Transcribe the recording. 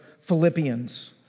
Philippians